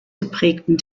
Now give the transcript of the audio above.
geprägten